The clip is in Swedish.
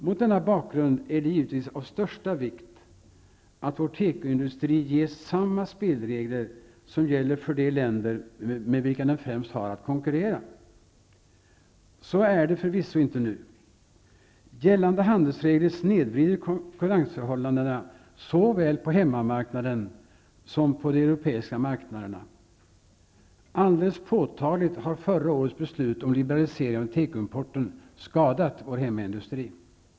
Mot denna bakgrund är det givetvis av största vikt att vår tekoindustri ges samma spelregler som gäller för de länder med vilka den främst har att konkurrera. Så är det förvisso inte nu. Gällande handelsregler snedvrider konkurrensförhållandena såväl på hemmamarknaden som på de europeiska marknaderna. Alldeles påtagligt har förra årets beslut om liberalisering av tekoimporten skadat vår hemmaindustri.